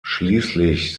schließlich